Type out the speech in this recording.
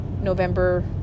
November